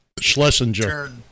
Schlesinger